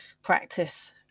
Practice